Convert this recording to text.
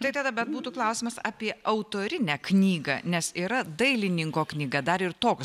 tai tada bet būtų klausimas apie autorinę knygą nes yra dailininko knyga dar ir toks